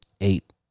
eight